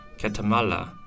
Guatemala